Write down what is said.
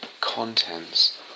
contents